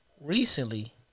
recently